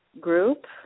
group